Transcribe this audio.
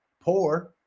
poor